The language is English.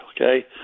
Okay